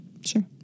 Sure